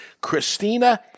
Christina